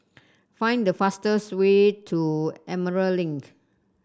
find the fastest way to Emerald Link